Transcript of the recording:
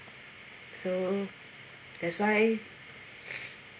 so that's why